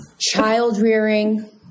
child-rearing